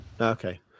Okay